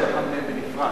כל אחד מהם בנפרד.